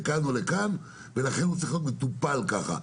לכאן ולכאן ולכן הוא צריך להיות מטופל ככה.